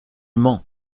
mens